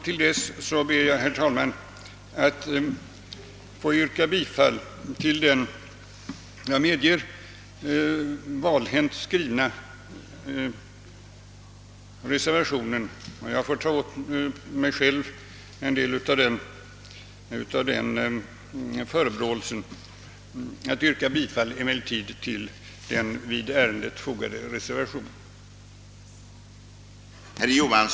Till dess ber jag, herr talman, att få yrka bifall till den visserligen valhänt skrivna — jag får ta åt mig själv en del av denna förebråelse — reservationen 1 vid detta utlåtande.